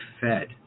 fed